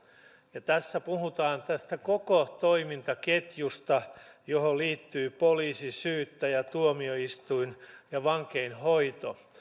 ja tässä puhutaan tästä koko toimintaketjusta johon liittyy poliisi syyttäjä tuomioistuin ja vankeinhoito